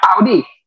Audi